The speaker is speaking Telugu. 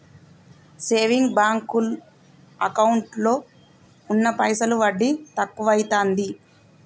సేవింగ్ బాంకు ఎకౌంటులో ఉన్న పైసలు వడ్డి తక్కువైతాంది